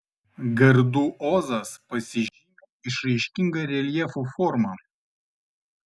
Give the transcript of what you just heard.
gardų ozas pasižymi išraiškinga reljefo forma